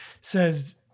says